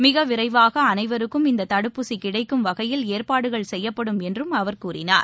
மிகவிரைவாகஅனைவருக்கும் இந்ததடுப்பூசிகிடைக்கும் வகையில் ஏற்பாடுகள் செய்யப்படும் என்றும் அவர் கூறினார்